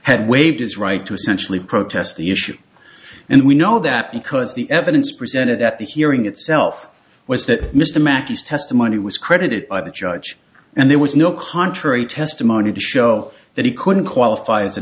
had waived his right to essentially protest the issue and we know that because the evidence presented at the hearing itself was that mr mackey's testimony was credited by the judge and there was no contrary testimony to show that he couldn't qualify as a